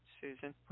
Susan